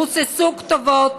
רוססו כתובות: